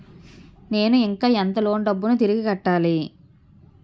నేను ఇంకా ఎంత లోన్ డబ్బును తిరిగి కట్టాలి?